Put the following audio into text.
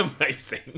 Amazing